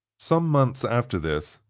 some months after this,